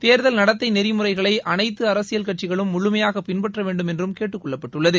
தேர்தல் நடத்தை நெறிமுறைகளை அனைத்து அரசியல் கட்சிகளும் முழுமையாக பின்பற்ற வேண்டும் என்றும் கேட்டுக் கொள்ளப்பட்டுள்ளது